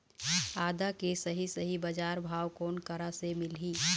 आदा के सही सही बजार भाव कोन करा से मिलही?